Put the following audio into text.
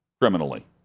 criminally